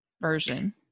version